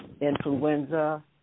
influenza